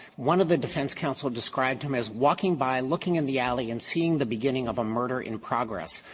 one of the defense counsel described him as walking by, looking in the alley and seeing the beginning of a murder in progress.